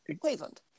Cleveland